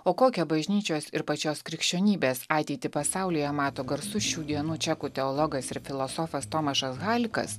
o kokią bažnyčios ir pačios krikščionybės ateitį pasaulyje mato garsus šių dienų čekų teologas ir filosofas tomašas halikas